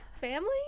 family